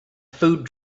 food